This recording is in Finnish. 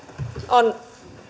on